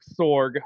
Sorg